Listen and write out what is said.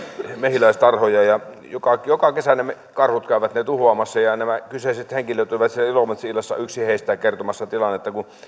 mehiläistarhoja ja joka kesä karhut käyvät ne tuhoamassa nämä kyseiset henkilöt olivat ilomantsi illassa ja yksi heistä kertoi tilanteesta kun